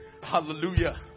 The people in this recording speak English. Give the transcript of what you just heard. hallelujah